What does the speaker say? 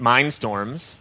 Mindstorms